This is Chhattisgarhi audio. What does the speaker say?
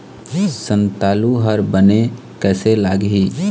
संतालु हर बने कैसे लागिही?